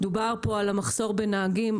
דובר פה על המחסור בנהגים,